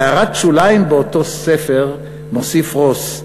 בהערת שוליים באותו ספר מוסיף רוס: